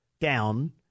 down